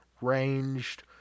ranged